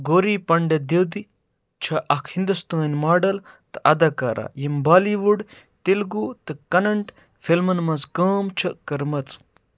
گوری پٔنٛڈِت دِیُت چھےٚ اَکھ ہِنٛدوستٲنۍ ماڈل تہٕ اداکارہ یٔمۍ بالی وُڈ تیٚلگوٗ تہٕ کنٛنڑ فِلمن منٛز کٲم چھےٚ کٔرمٕژ